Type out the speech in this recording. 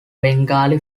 bengali